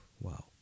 wow